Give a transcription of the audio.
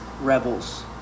rebels